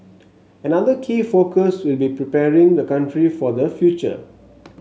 another key focus will be preparing the country for the future